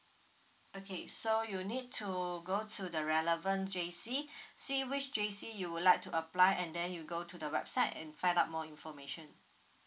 okay so you need to go to the relevant J_C see which J_C you would like to apply and then you go to the website and find out more information